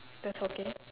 that's okay